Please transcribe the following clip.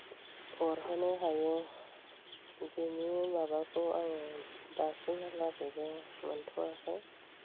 अरहोनो हायो बेनि माबाखौ आङो दासिमहालागैबो मोनथ'आखै